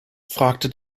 fragte